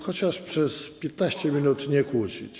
chociaż przez 15 minut nie kłócić.